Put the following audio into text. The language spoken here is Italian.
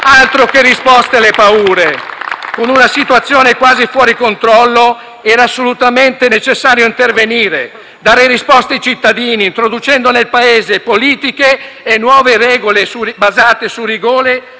dal Gruppo L-SP-PSd'Az).* In una situazione quasi fuori controllo, era assolutamente necessario intervenire, dare risposte ai cittadini, introducendo nel Paese politiche e nuove regole basate su rigore